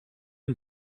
une